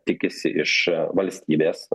tikisi iš valstybės